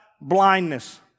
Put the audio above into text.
blindness